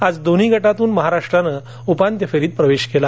आज दोन्ही गटातुन महाराष्ट्रानं उपांत्य फेरीत प्रवेश केला